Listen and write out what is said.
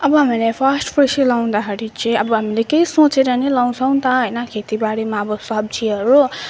अब हामीले फर्स्टमा कृषि लाउँदाखेरि चाहिँ अब हामीले केही सोचेर नै लाउँछौँ नि त होइन खेतीबारीमा अब सब्जीहरू